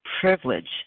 privilege